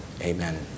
Amen